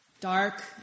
dark